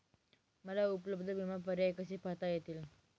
मला उपलब्ध विमा पर्याय कसे पाहता येतील?